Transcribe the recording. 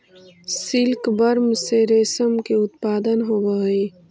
silkworm से रेशम के उत्पादन होवऽ हइ